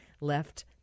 left